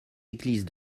églises